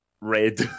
red